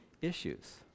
issues